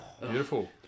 Beautiful